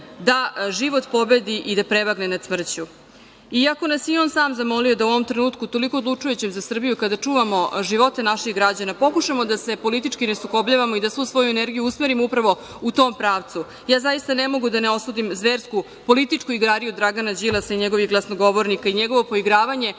da život pobedi i da prevagne nad smrću. Iako nas je i on sam zamolio da u ovom trenutku, toliko odlučujućem za Srbiju, kada čuvamo živote naših građanina, pokušamo da se politički ne sukobljavamo i da svu svoju energiju usmerimo upravo u tom pravcu, ja zaista ne mogu a da ne osudim zversku političku igrariju Dragana Đilasa i njegovih glasnogovornika i njegovo poigravanje,